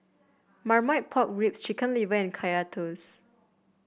Marmite Pork Ribs Chicken Liver and Kaya Toast